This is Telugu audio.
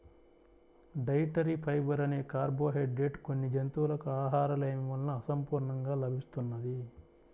డైటరీ ఫైబర్ అనే కార్బోహైడ్రేట్ కొన్ని జంతువులకు ఆహారలేమి వలన అసంపూర్ణంగా లభిస్తున్నది